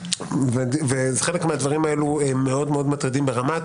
חלק מהדברים האלו מאוד מטרידים ברמת